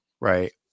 Right